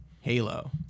Halo